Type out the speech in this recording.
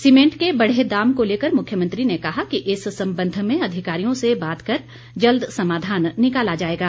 cement के बढ़े दाम को लेकर मुख्यमंत्री ने कहा कि इस संबंध में अधिकारियों से बात कर जल्द समाधान निकाला जाएगा